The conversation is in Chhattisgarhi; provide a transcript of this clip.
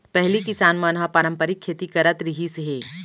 पहिली किसान मन ह पारंपरिक खेती करत रिहिस हे